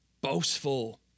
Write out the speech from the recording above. boastful